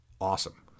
awesome